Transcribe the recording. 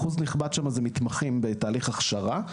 אחוז נכבד שם אלה מתמחים בתהליך הכשרה,